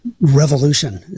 revolution